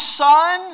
son